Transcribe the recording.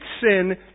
sin